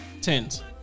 Tens